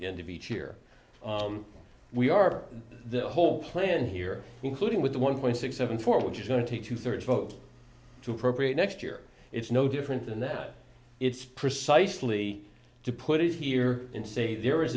end of each year we are the whole plan here including with one point six seven four which is going to take two thirds vote to appropriate next year it's no different than that it's precisely to put it here in say there is